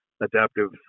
adaptive